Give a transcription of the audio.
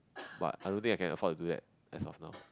but I don't think I can afford to do that as of now